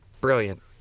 Brilliant